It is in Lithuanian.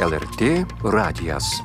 lrt radijas